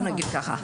בוא נגיד ככה,